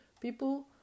People